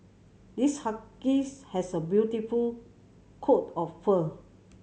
this husky has a beautiful coat of fur